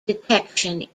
detection